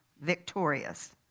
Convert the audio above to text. victorious